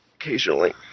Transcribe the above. occasionally